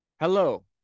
hello